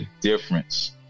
difference